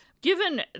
Given